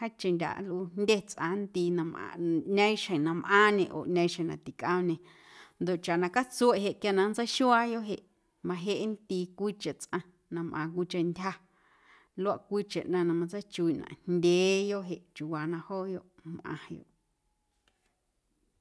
jeeⁿcheⁿ ndyaꞌ nlꞌuu jndye tsꞌaⁿ na nndii na mꞌaaⁿ ꞌñeeⁿxjeⁿ na mꞌaaⁿñe oo ꞌñeeⁿxjeⁿ na ticꞌoomñe ndoꞌ chaꞌ na catsueꞌ jeꞌ quia na nntseixuaayoꞌ jeꞌ majeꞌ nndii cwiicheⁿ tsꞌaⁿ na mꞌaaⁿ cwiicheⁿ ntyja luaꞌ cwiicheⁿ na matseichuiiꞌnaꞌ jndyeeyoꞌ jeꞌ chiuuwaa na jooyoꞌ mꞌaⁿyoꞌ.